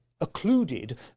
occluded